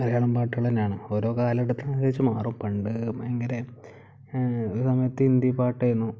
മലയാളം പാട്ടുകൾ തന്നെയാണ് ഓരോ കാലഘട്ടത്തിനനുരിച്ചു മാറും പണ്ട് ഭയങ്കര ഒരു സമയത്ത് ഹിന്ദി പാട്ടായിരുന്നു